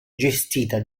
gestita